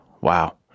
Wow